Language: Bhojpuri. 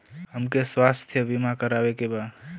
हमके स्वास्थ्य बीमा करावे के बा?